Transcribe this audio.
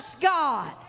god